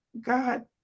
God